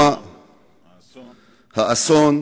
האירוע, האסון,